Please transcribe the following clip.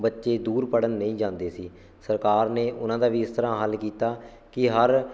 ਬੱਚੇ ਦੂਰ ਪੜ੍ਹਨ ਨਹੀਂ ਜਾਂਦੇ ਸੀ ਸਰਕਾਰ ਨੇ ਉਹਨਾਂ ਦਾ ਵੀ ਇਸ ਤਰ੍ਹਾਂ ਹੱਲ ਕੀਤਾ ਕਿ ਹਰ